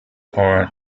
are